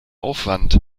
aufwand